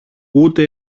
ούτε